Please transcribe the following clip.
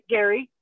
Gary